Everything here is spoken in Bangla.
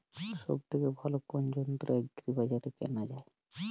সব থেকে ভালো কোনো যন্ত্র এগ্রি বাজারে কেনা যায়?